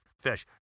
fish